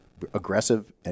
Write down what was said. Aggressive